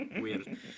Weird